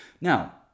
Now